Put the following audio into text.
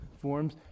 forms